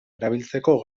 erabiltzeko